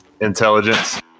Intelligence